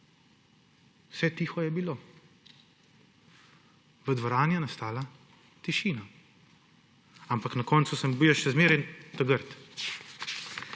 Vse tiho je bilo. V dvorani je nastala tišina. Ampak na koncu sem bil jaz še zmeraj ta grd.